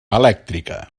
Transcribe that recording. elèctrica